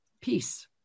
peace